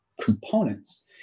components